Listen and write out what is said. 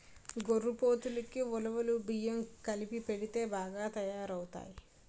గొర్రెపోతులకి ఉలవలు బియ్యం కలిపెడితే బాగా తయారవుతాయి